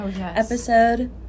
episode